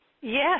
Yes